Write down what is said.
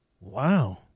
Wow